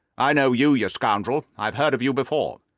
i know you, you scoundrel! i have heard of you before.